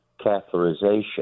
catheterization